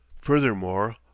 Furthermore